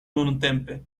nuntempe